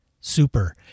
Super